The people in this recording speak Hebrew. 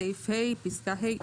בסעיף ה' פסקה ה'